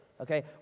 Okay